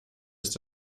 ist